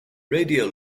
radio